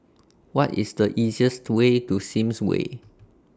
What IS The easiest Way to Sims Way